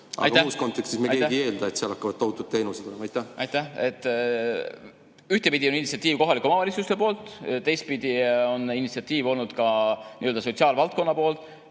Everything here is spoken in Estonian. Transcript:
Muus kontekstis me ei eelda, et seal hakkavad tohutud teenused olema. Aitäh! Ühtepidi on initsiatiiv olnud kohalike omavalitsuste poolt, teistpidi on initsiatiiv olnud sotsiaalvaldkonna poolt